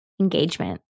engagement